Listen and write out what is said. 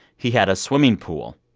he had a swimming pool.